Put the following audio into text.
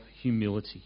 humility